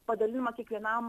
padalinama kiekvienam